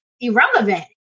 irrelevant